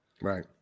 Right